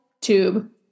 tube